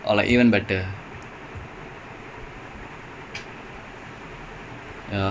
no like he do you know like he's like twenty something right